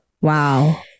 Wow